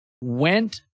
went